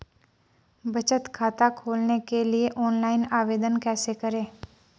बचत खाता खोलने के लिए ऑनलाइन आवेदन कैसे करें?